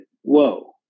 whoa